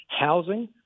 Housing